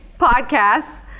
podcasts